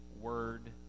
word